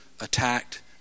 attacked